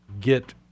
get